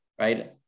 right